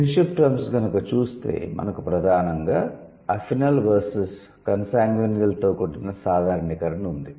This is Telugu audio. కిన్షిప్ టర్మ్స్ చూస్తే మనకు ప్రధానంగా అఫినల్ వర్సెస్ కన్సాన్గ్యినియల్తో కూడిన సాధారణీకరణ ఉంది